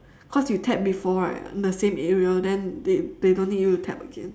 cause you tap before right the same area then they they don't need you to tap again